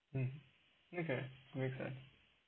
um okay we'll have